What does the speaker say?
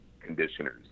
conditioners